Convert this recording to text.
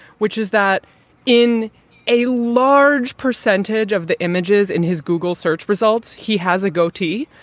which is that in a large percentage of the images in his google search results, he has a goatee.